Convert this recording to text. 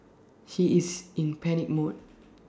he is in panic mode